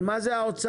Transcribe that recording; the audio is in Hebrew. אבל מה זה האוצר?